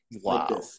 Wow